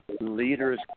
leaders